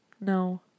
no